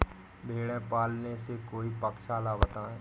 भेड़े पालने से कोई पक्षाला बताएं?